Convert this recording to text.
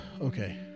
okay